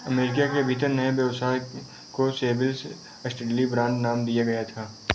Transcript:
America के भीतर नए व्यवसाय को सेविल्स स्टडली ब्रांड नाम दिया गया था